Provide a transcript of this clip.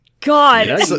god